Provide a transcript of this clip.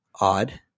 odd